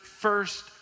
first